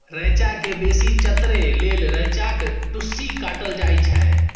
रैंचा केँ बेसी चतरै लेल रैंचाक टुस्सी काटल जाइ छै